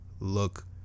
look